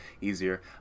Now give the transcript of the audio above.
easier